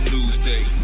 Newsday